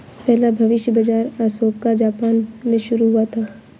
पहला भविष्य बाज़ार ओसाका जापान में शुरू हुआ था